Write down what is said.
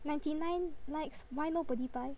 ninety nine likes why nobody buy